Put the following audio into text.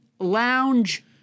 lounge